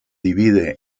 divide